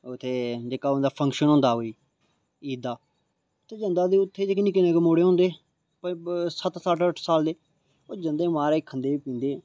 उत्थै जेहका उं'दा फंक्शन होंदा कोई ईद दा उत्थै जेहके जेह्के निक्के निक्के मुड़े होंदे भाई सत्त सत्त अट्ठ अट्ठ साल दे ओह् जंदे महाराज खंदे पींदे